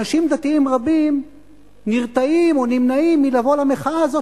אנשים דתיים רבים נרתעים או נמנעים מלבוא למחאה הזאת,